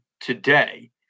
today